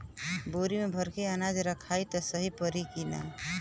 बोरी में भर के अनाज रखायी त सही परी की ना?